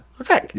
Okay